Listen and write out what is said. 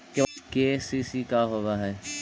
KCC का होव हइ?